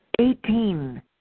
Eighteen